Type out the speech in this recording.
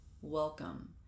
Welcome